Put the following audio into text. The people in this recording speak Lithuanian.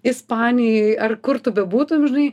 ispanijoj ar kur tu bebūtum žinai